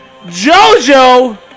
JoJo